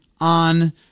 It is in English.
On